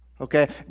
Okay